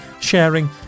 sharing